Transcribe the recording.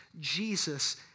Jesus